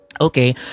okay